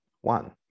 one